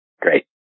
Great